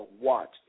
watch